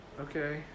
okay